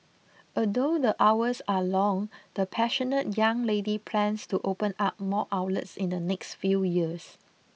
although the hours are long the passionate young lady plans to open up more outlets in the next few years